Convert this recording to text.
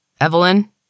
Evelyn